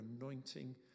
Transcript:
anointing